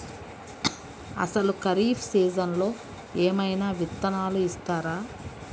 అసలు ఖరీఫ్ సీజన్లో ఏమయినా విత్తనాలు ఇస్తారా?